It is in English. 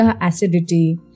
acidity